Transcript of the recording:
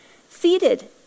seated